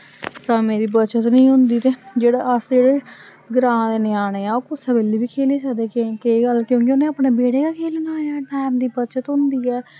समें दी बचत नी होंदी ते जेह्ड़ा अस ग्रांऽ दे ञ्यानें ऐं ओह् कुदै बेल्लै बी खेली सकदे ऐ क्योंकि केह् गल्ल उनें अपने बेह्ड़े गै खेलना ऐं टैम दी बचत होंदी ऐ